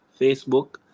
Facebook